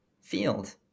field